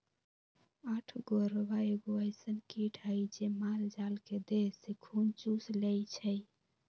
अठगोरबा एगो अइसन किट हइ जे माल जाल के देह से खुन चुस लेइ छइ